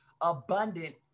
abundant